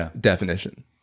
definition